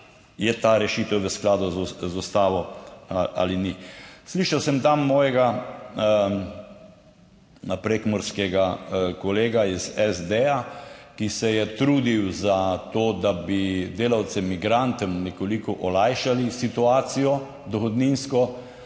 je ta rešitev v skladu z ustavo ali ni. Slišal sem tam mojega prekmurskega kolega iz SD, ki se je trudil za to, da bi delavcem migrantom nekoliko olajšali situacijo, dohodninsko.